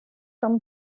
from